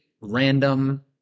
random